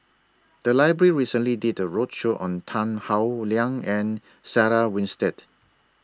The Library recently did A roadshow on Tan Howe Liang and Sarah Winstedt